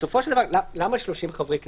בסופו של דבר, למה 30 חברי כנסת?